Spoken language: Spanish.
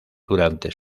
durante